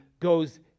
goes